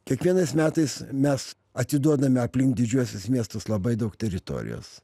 kiekvienais metais mes atiduodame aplink didžiuosius miestus labai daug teritorijos